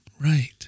Right